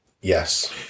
Yes